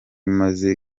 maze